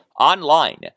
online